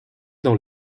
dans